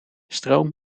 stroom